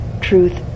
truth